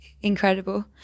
incredible